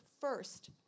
first